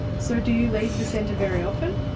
so do you leave the centre very often?